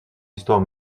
histoire